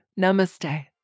Namaste